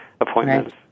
appointments